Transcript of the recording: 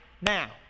now